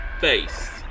face